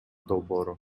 долбоору